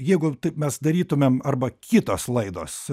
jeigu taip mes darytumėm arba kitos laidos